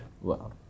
Wow